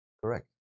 correct